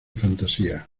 fantasía